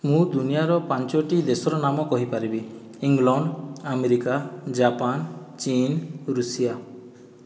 ମୁଁ ଦୁନିଆର ପାଞ୍ଚଟି ଦେଶର ନାମ କହିପାରିବି ଇଂଲଣ୍ଡ ଆମେରିକା ଜାପାନ ଚୀନ ରୁଷିଆ